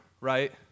right